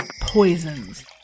Poisons